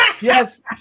Yes